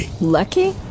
Lucky